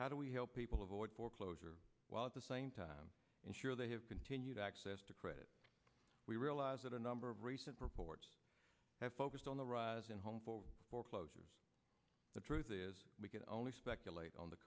how do we help people avoid foreclosure while at the same time ensure they have continued access to credit we realize that a number of recent reports have focused on the rise in home for foreclosures the truth is we can only speculate on the